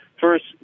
first